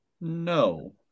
No